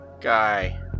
Guy